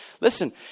Listen